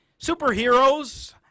superheroes